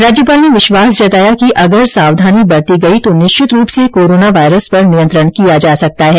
राज्यपाल ने विश्वास जताया कि अगर सावधानी बरती गई तो निश्चित रूप से कोरोना वायरस पर नियंत्रण किया जा सकता है